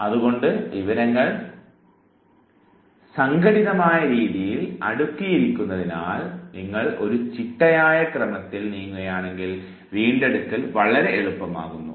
അതുകൊണ്ട് വിവരങ്ങൾ സംഘടിതമായ രീതിയിൽ അടുക്കിയിരിക്കുന്നതിനാൽ നിങ്ങൾ ഒരു ചിട്ടയായ ക്രമത്തിൽ നീങ്ങുകയാണെങ്കിൽ വീണ്ടെടുക്കൽ വളരെ എളുപ്പമാകുന്നു